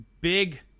big